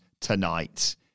tonight